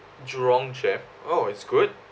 jurong chef oh it's good